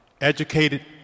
Educated